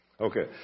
Okay